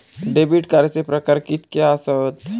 Debit कार्डचे प्रकार कीतके आसत?